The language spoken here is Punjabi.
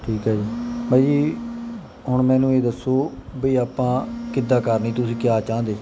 ਠੀਕ ਹੈ ਜੀ ਭਾਅ ਜੀ ਹੁਣ ਮੈਨੂੰ ਇਹ ਦੱਸੋ ਬਈ ਆਪਾਂ ਕਿੱਦਾਂ ਕਰਨੀ ਤੁਸੀਂ ਕਿਆ ਚਾਹੁੰਦੇ